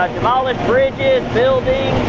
demolished bridges, buildings.